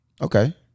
Okay